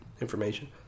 information